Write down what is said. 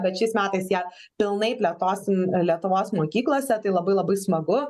bet šiais metais ją pilnai plėtosim lietuvos mokyklose tai labai labai smagu